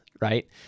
right